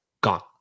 gone